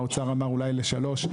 האוצר אמר אולי לשלוש.